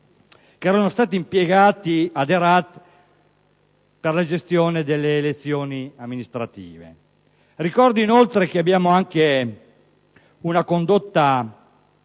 che erano stati impiegati ad Herat per la gestione delle elezioni amministrative. Ricordo, inoltre, che - come è stato detto